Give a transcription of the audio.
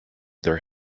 their